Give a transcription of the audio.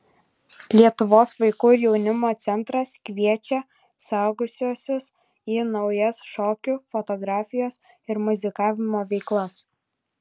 lietuvos vaikų ir jaunimo centras kviečia suaugusiuosius į naujas šokių fotografijos ir muzikavimo veiklas